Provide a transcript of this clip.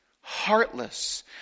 heartless